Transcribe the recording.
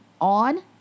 On